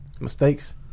Mistakes